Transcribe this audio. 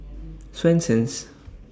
Swensens